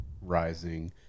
rising